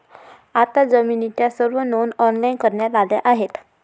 आता जमिनीच्या सर्व नोंदी ऑनलाइन करण्यात आल्या आहेत